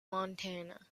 montana